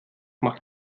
macht